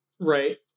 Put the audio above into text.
Right